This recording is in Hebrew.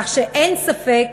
כך שאין ספק